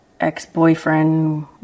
ex-boyfriend